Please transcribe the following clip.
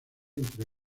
entre